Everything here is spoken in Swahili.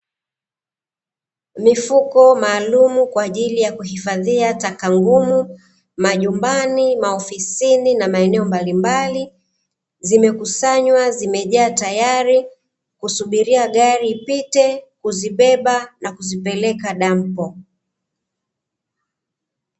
Mifuko maalumu kwaajili ya kuhifadhia taka ngumu majumbani maofisini na maeneo mbalimbali, zimekusanywa zimejaa tayari kusubiria gari ipite kuzibeba na kuzipeleka dampo.